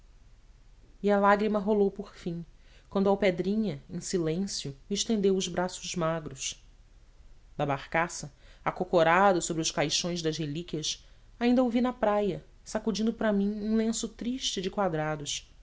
e a lágrima rolou por fim quando alpedrinha em silêncio me estendeu os braços magros da barcaça acocorado sobre os caixões das relíquias ainda o vi na praia sacudindo para mim um lenço triste de quadrados